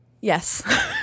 yes